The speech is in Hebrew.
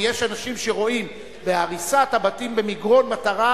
כי יש אנשים שרואים בהריסת הבתים במגרון מטרה,